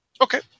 Okay